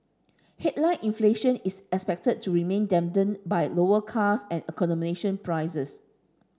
headline inflation is expected to remain dampened by lower cars and accommodation prices